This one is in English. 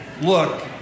look